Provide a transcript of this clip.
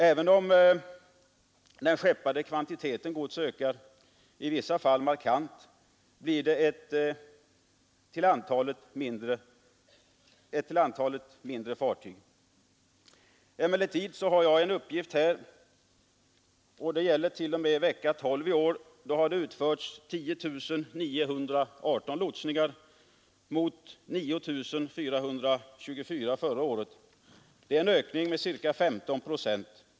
Även om den skeppade kvantiteten gods ökar, i vissa fall markant, blir antalet fartyg mindre. Emellertid har jag en uppgift att t.o.m. vecka 12 i år har utförts 10 918 lotsningar mot 9 424 förra året. Det är en ökning med ca 15 procent.